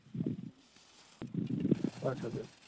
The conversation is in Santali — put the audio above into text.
ᱟᱪᱷᱟ ᱵᱮᱥ